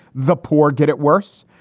the poor get it worse.